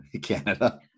Canada